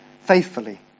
faithfully